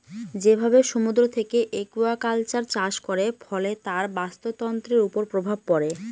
যেভাবে সমুদ্র থেকে একুয়াকালচার চাষ করে, ফলে তার বাস্তুতন্ত্রের উপর প্রভাব পড়ে